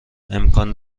امکان